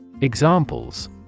Examples